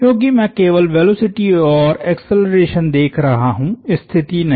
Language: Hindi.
क्योंकि मैं केवल वेलोसिटी और एक्सेलरेशन देख रहा हूं स्थिति नहीं